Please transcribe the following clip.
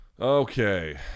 Okay